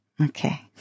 Okay